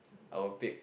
I will tape